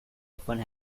often